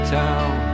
town